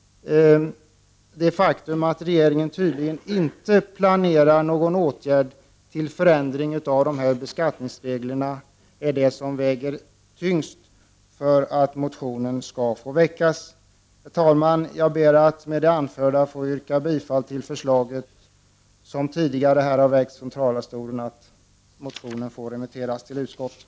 Det faktum att regeringen tydligen inte planerar någon åtgärd till förändring av beskattningsreglerna är det skäl som väger tyngst för att motionen skall få väckas. Herr talman! Jag ber att med det anförda få yrka bifall till förslaget som tidigare har väckts från talarstolen om att motionen får remitteras till utskottet.